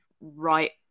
right